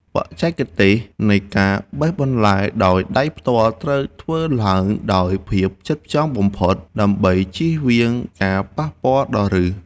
បច្ចេកទេសនៃការបេះបន្លែដោយដៃផ្ទាល់ត្រូវធ្វើឡើងដោយភាពផ្ចិតផ្ចង់បំផុត ដើម្បីជៀសវាងការប៉ះពាល់ដល់ឫស។